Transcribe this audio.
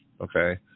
okay